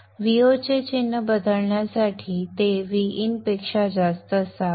Vo चे चिन्ह बदलण्यासाठी ते Vin पेक्षा जास्त असावे